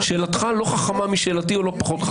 שאלתך לא חכמה משאלתי או לא פחות חכמה משאלתי.